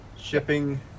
Shipping